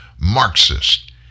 Marxist